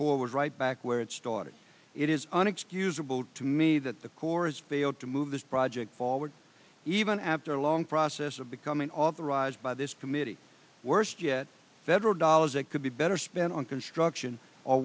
corps was right back where it started it is an excusable to me that the corps failed to move this project forward even after a long process of becoming authorized by this committee worst yet federal dollars it could be better spent on construction